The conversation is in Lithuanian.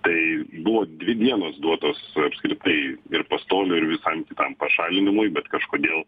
tai buvo dvi dienos duotos apskritai ir pastolių ir visam kitam pašalinimui bet kažkodėl